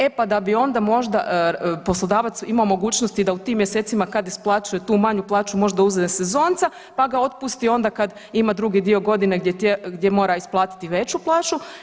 E pa da bi onda možda poslodavac imao mogućnosti da u tim mjesecima kad isplaćuje tu manju plaću možda uzeo sezonca, pa ga otpusti onda kad ima drugi dio godine gdje mora isplatiti veću plaću.